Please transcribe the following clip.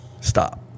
stop